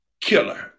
killer